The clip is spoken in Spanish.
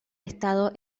estado